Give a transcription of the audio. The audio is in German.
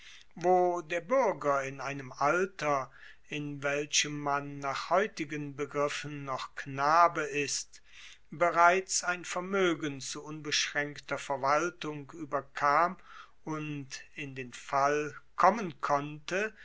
wo der buerger in einem alter in welchem man nach heutigen begriffen noch knabe ist bereits ein vermoegen zu unbeschraenkter verwaltung ueberkam und in den fall kommen konnte